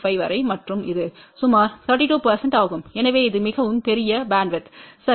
25 வரை மற்றும் இது சுமார் 32 ஆகும் எனவே இது மிகவும் பெரிய பேண்ட்வித் சரி